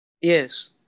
Yes